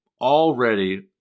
already